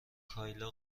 کایلا